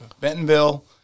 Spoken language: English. Bentonville